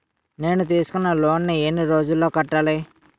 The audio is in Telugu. నేను తీసుకున్న లోన్ నీ ఎన్ని రోజుల్లో కట్టాలి?